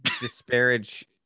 disparage